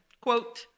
Quote